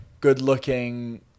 good-looking